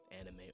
anime